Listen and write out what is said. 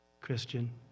Christian